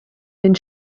den